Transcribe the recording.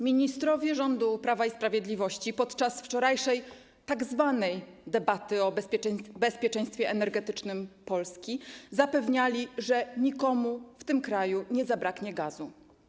Ministrowie rządu Prawa i Sprawiedliwości podczas wczorajszej tzw. debaty o bezpieczeństwie energetycznym Polski zapewniali, że nikomu w tym kraju nie zabraknie gazu.